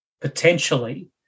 potentially